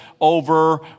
over